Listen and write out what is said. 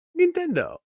Nintendo